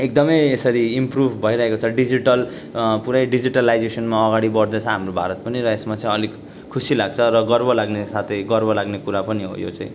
एकदमै यसरी इम्प्रुभ भइरहेको छ डिजिटल पूरै डिजिटलाइजेसनमा अगाडि बढ्दैछ हाम्रो भारत पनि र यसमा चाहिँ अलिक खुसी लाग्छ र गर्व लाग्ने साथै गर्व लाग्ने कुरा पनि हो यो चाहिँ